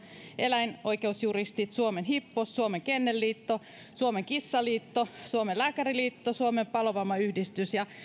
eläinoikeusjuristit suomen hippos suomen kennelliitto suomen kissaliitto suomen lääkäriliitto suomen palovammayhdistys ja